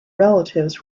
relatives